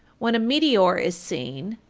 when a meteor is seen,